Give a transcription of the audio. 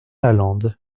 lalande